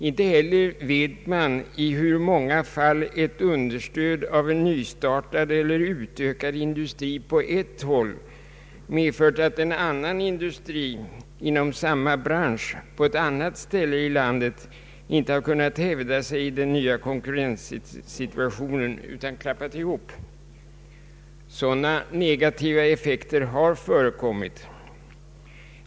Inte heller vet man i hur många fall ett understöd av en nystartad eller utökad industri på ett håll medför att en annan industri inom samma bransch på ett annat ställe i landet inte har kunnat hävda sig i den nya konkurrenssituationen, utan klappat ihop. Sådana negativa effekter har förekommit.